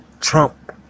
Trump